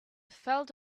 felt